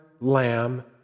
lamb